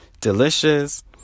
delicious